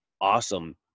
awesome